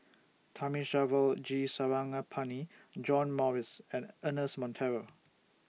Thamizhavel G Sarangapani John Morrice and Ernest Monteiro